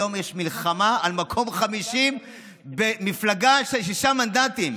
היום יש מלחמה על מקום 50 במפלגה של שישה מנדטים.